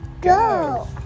go